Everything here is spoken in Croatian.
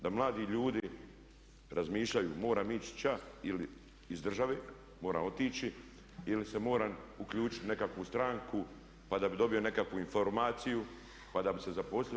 Da mladi ljudi razmišljaju moram ić ča ili iz države moram otići ili se moram uključiti u nekakvu stranku, pa da bih dobio nekakvu informaciju, pa da bih se zaposlio.